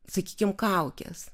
sakykim kaukės